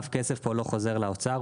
אף כסף פה לא חוזר לאוצר.